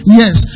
yes